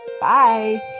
bye